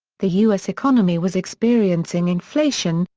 the u s. economy was experiencing inflation,